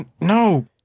no